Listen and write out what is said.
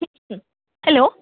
hello